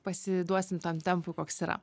pasiduosim tam tempui koks yra